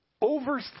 Over